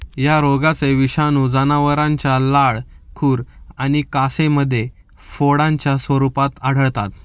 या रोगाचे विषाणू जनावरांच्या लाळ, खुर आणि कासेमध्ये फोडांच्या स्वरूपात आढळतात